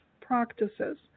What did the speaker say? practices